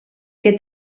que